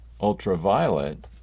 ultraviolet